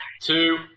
two